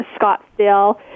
Scottsdale